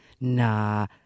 nah